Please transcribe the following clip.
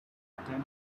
attempt